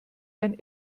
ein